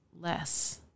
less